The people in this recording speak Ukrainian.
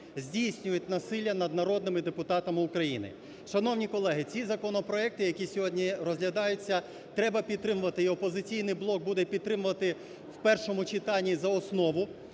здійснюють насилля над народними депутатами України. Шановні колеги, ці законопроекти, які сьогодні розглядаються, треба підтримувати, і "Опозиційний блок" буде підтримувати в першому читанні за основу.